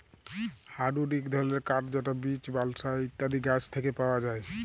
hardwood ইক ধরলের কাঠ যেট বীচ, বালসা ইত্যাদি গাহাচ থ্যাকে পাউয়া যায়